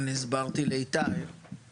שהם גם בתי דין של משרד המשפטים.